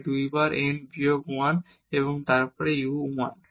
তাই 2 বার এবং n বিয়োগ 1 এবং তারপর u 1